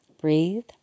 Breathe